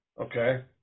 Okay